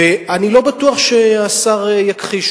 ואני לא בטוח שהשר יכחיש,